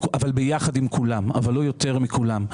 ביחד עם כולם אבל לא יותר מכולם.